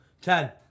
Ten